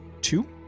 two